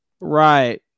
Right